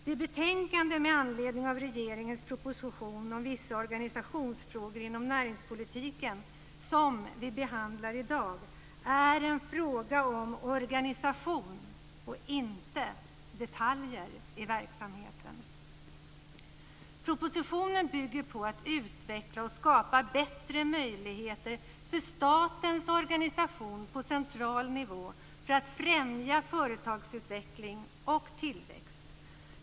Det betänkande med anledning av regeringens proposition om vissa organisationsfrågor inom näringspolitiken som vi behandlar i dag gäller en fråga om organisation och inte detaljer i verksamheten. Propositionen bygger på att utveckla och skapa bättre möjligheter för statens organisation på central nivå att främja företagsutveckling och tillväxt.